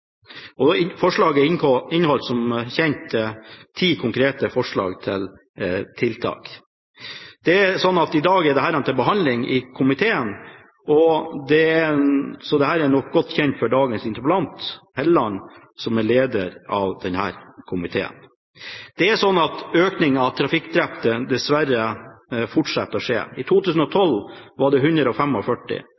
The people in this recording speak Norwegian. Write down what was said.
og forslaget inneholdt som kjent ti konkrete forslag til tiltak. I dag er dette til behandling i komiteen, så dette er nok godt kjent for dagens interpellant, Hofstad Helleland, som er leder av denne komiteen. Dessverre fortsetter antallet trafikkdrepte å øke. I 2012 var det 145, i